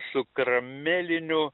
su karameliniu